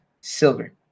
silver